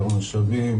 יותר משאבים